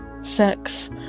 sex